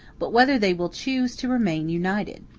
but whether they will choose to remain united.